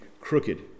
crooked